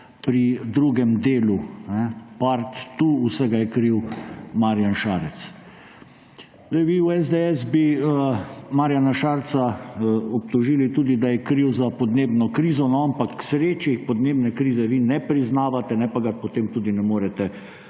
pri drugem delu, part two, vsega je kriv Marjana Šarec. Vi v SDS bi Marjana Šarca obtožili tudi, da je kriv za podnebno krizo. Ampak k sreči podnebne krize vi ne priznavate pa ga potem tudi ne morete